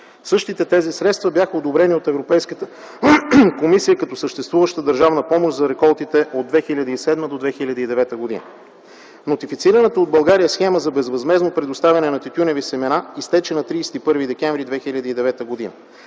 Същите тези средства бяха одобрени от Европейската комисия като съществуваща държавна помощ за реколтите от 2007 до 2009 г. Нотифицираната от България схема за безвъзмездно предоставяне на тютюневи семена изтече на 31 декември 2009 г.